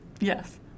Yes